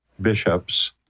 bishops